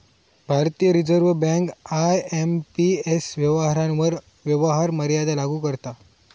भारतीय reserve bank IMPS व्यवहारांवर व्यवहार मर्यादा लागू करता